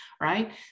right